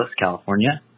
California